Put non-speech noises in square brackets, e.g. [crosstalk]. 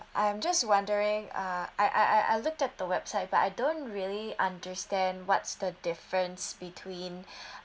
I'm just wondering uh I I I look at the website but I don't really understand what's the difference between [breath]